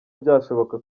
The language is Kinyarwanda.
byashoboka